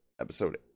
episode